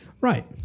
right